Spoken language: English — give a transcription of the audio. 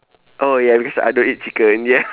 oh ya because I don't eat chicken ya